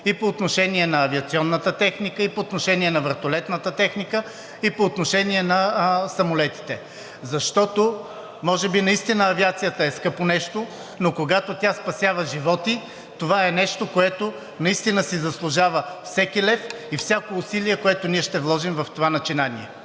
и по отношение на авиационната техника, и по отношение на вертолетната техника, и по отношение на самолетите. Защото може би наистина авиацията е скъпо нещо, но когато тя спасява животи, това е нещо, което наистина си заслужава всеки лев и всяко усилие, което ние ще вложим в това начинание.